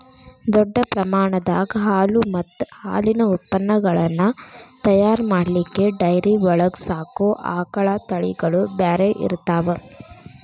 ದೊಡ್ಡ ಪ್ರಮಾಣದಾಗ ಹಾಲು ಮತ್ತ್ ಹಾಲಿನ ಉತ್ಪನಗಳನ್ನ ತಯಾರ್ ಮಾಡ್ಲಿಕ್ಕೆ ಡೈರಿ ಒಳಗ್ ಸಾಕೋ ಆಕಳ ತಳಿಗಳು ಬ್ಯಾರೆ ಇರ್ತಾವ